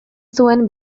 zuen